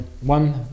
one